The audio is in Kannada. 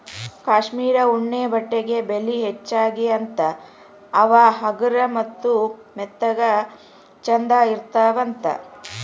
ಕಾಶ್ಮೇರ ಉಣ್ಣೆ ಬಟ್ಟೆಗೆ ಬೆಲಿ ಹೆಚಗಿ ಅಂತಾ ಅವ ಹಗರ ಮತ್ತ ಮೆತ್ತಗ ಚಂದ ಇರತಾವಂತ